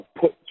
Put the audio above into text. put